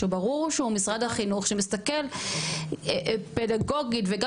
שברור שמשרד החינוך שמסתכל פדגוגית וגם